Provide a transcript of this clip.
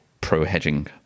pro-hedging